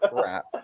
crap